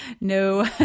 No